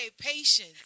patience